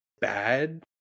Bad